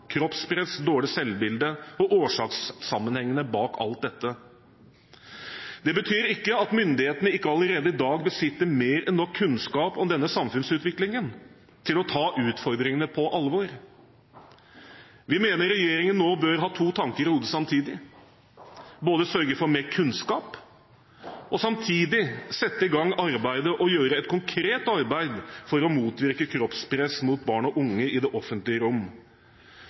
kroppspress, dårlig selvbilde og årsakssammenhengene bak alt dette. Det betyr ikke at myndighetene ikke allerede i dag besitter mer enn nok kunnskap om denne samfunnsutviklingen til å ta utfordringene på alvor. Vi mener regjeringen nå bør ha to tanker i hodet samtidig: både sørge for mer kunnskap og sette i gang arbeidet – og gjøre et konkret arbeid – for å motvirke kroppspress mot barn og unge i det offentlige rom.